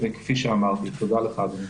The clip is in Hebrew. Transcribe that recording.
תודה, אדוני.